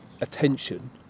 attention